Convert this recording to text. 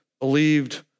believed